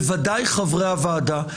בוודאי חברי הוועדה.